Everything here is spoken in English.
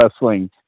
wrestling